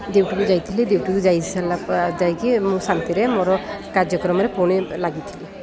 ଡ୍ୟୁଟିକୁ ଯାଇଥିଲି ଡ୍ୟୁଟିକୁ ଯାଇସାରିଲା ଯାଇକି ମୁଁ ଶାନ୍ତିରେ ମୋର କାର୍ଯ୍ୟକ୍ରମରେ ପୁଣି ଲାଗିଥିଲି